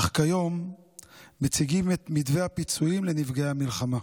אך כיום מציגים את מתווה הפיצויים לנפגעי המלחמה.